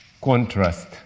contrast